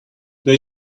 they